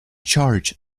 charge